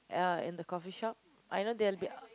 ya in the coffee-shop I know there will be